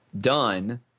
done